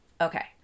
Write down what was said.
Okay